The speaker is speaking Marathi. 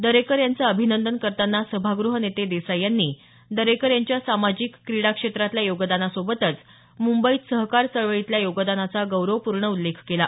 दरेकर यांचं अभिनंदन करताना सभागृह नेते देसाई यांनी दरेकर यांच्या सामाजिक क्रीडा क्षेत्रातल्या योगदानासोबतच मुंबईत सहकार चळवळीतल्या योगदानाचा गौरवपूर्ण उल्लेख केला